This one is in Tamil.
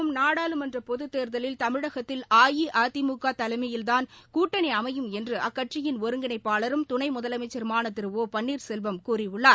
வரவிருக்கும் நாடாளுமன்ற பொதுத் தேர்தலில் தமிழகத்தில் அஇஅதிமுக தலைமையில்தான் கூட்டணி அமையும் என்று அக்கட்சியின் ஒருங்கிணைப்பாளரும் துணை முதலமைச்சருமான திரு ஒ பன்னீர்செல்வம் கூறியுள்ளார்